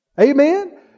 Amen